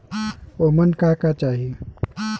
ओमन का का चाही?